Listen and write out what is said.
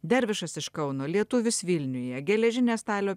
dervišas iš kauno lietuvis vilniuje geležinė stalio